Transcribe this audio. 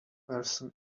person